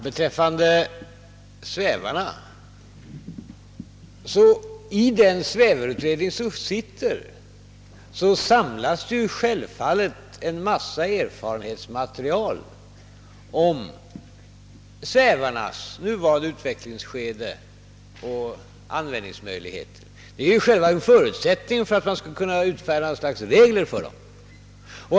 Herr talman! I den sittande svävarutredningen samlas självfallet en mängd erfarenhetsmaterial om svävarnas utveckling och användningsmöjligheter. Detta är ju själva förutsättningen för att man skall kunna utfärda regler för dem.